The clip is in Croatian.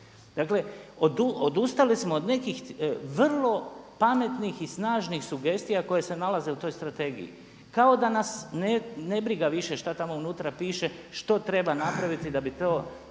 Dakle, odustali smo od nekih vrlo pametnih i snažnih sugestija koje se nalaze u toj strategiji, kao da nas ne briga šta tamo unutra piše što treba napraviti da bi taj